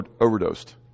overdosed